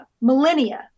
millennia